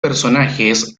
personajes